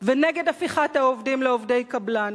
ונגד הפיכת העובדים לעובדי קבלן.